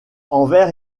envers